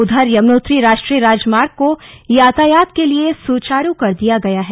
उधर यमुनोत्री राष्ट्रीय राजमार्ग को यातायात के लिए सुचारू कर दिया गया है